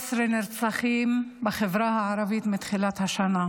114 נרצחים בחברה הערבית מתחילת השנה.